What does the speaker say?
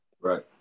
Right